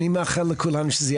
אני מודה לך.